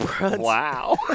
Wow